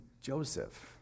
Joseph